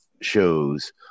shows